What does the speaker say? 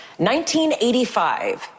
1985